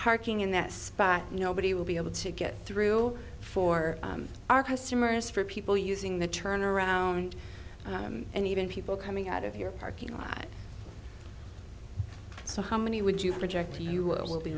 parking in that spot nobody will be able to get through for our customers for people using the turnaround time and even people coming out of your parking lot so how many would you project you will be